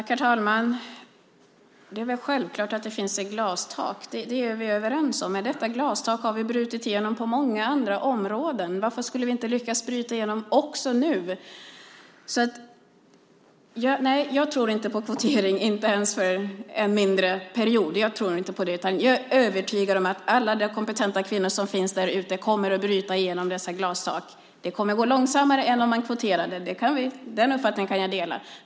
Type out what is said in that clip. Herr talman! Det är självklart att det finns ett glastak. Det är vi överens om. Detta glastak har vi brutit igenom på många andra områden. Varför skulle vi inte lyckas bryta igenom också nu? Jag tror inte på kvotering, inte ens för en kortare period. Jag tror inte på det. Jag är övertygad om att alla de kompetenta kvinnor som finns därute kommer att bryta igenom detta glastak. Det kommer att gå långsammare än om vi kvoterar. Den uppfattningen kan jag dela.